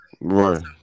Right